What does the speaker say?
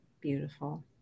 Beautiful